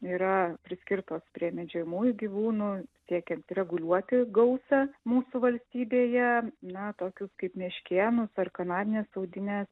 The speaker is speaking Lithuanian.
yra priskirtos prie medžiojamųjų gyvūnų siekiant reguliuoti gausą mūsų valstybėje na tokius kaip meškėnus ar kanadines audines